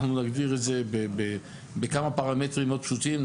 אנחנו נגדיר את זה בכמה פרמטרים לא פשוטים.